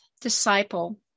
disciple